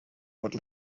would